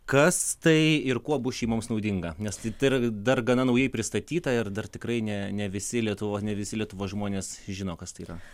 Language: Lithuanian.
kas tai ir kuo bus šeimoms naudinga nes tai tai yra dar gana naujai pristatyta ir dar tikrai ne ne visi lietuvos ne visi lietuvos žmonės žino kas tai yra